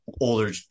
older